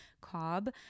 Cobb